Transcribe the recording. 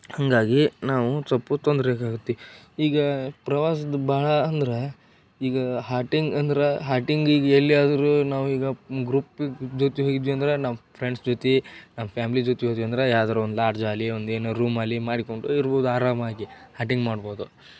ಹಾಗಾಗಿ ನಾವು ಸೊಲ್ಪ ತೊಂದ್ರೆಗಾಗುತ್ತಿ ಈಗ ಪ್ರವಾಸದ್ದು ಭಾಳ ಅಂದ್ರೆ ಈಗ ಹಾಟಿಂಗ್ ಅಂದ್ರೆ ಹಾಟಿಂಗ್ ಈಗ ಎಲ್ಲಿಯಾದರೂ ನಾವು ಈಗ ಗ್ರುಪ್ಪಿನ ಜೊತೆ ಹೋಗಿದ್ವಿ ಅಂದ್ರೆ ನಾವು ಫ್ರೆಂಡ್ಸ್ ಜೊತೆ ನಮ್ಮ ಫ್ಯಾಮ್ಲಿ ಜೊತೆ ಹೋದೀವಂದ್ರೆ ಯಾವ್ದಾರೂ ಒಂದು ಲಾಡ್ಜಾಗ್ಲಿ ಒಂದು ಏನೋ ರೂಮಾಗ್ಲಿ ಮಾಡಿಕೊಂಡು ಇರ್ಬೋದು ಆರಾಮಾಗಿ ಹಾಟಿಂಗ್ ಮಾಡ್ಬೋದು